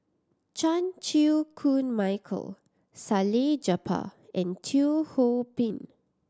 Chan Chew Koon Michael Salleh Japar and Teo Ho Pin